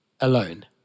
alone